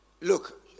Look